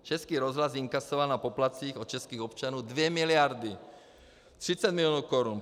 Český rozhlas inkasoval na poplatcích od českých občanů 2 miliardy 30 milionů korun.